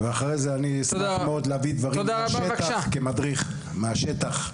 אחרי זה אני אשמח להביא דברים מהשטח כמדריך.